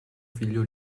figlio